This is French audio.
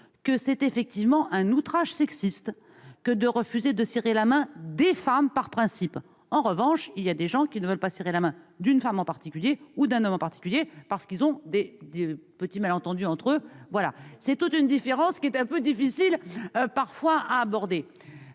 que c'est effectivement un outrage sexiste que de refuser de serrer la main des femmes par principe. En revanche, il y a des gens qui ne veulent pas serrer la main d'une femme en particulier, ou d'un homme en particulier, parce qu'existent entre eux des malentendus. Il y a une différence qui est parfois difficile à cerner.